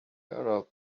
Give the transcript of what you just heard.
arab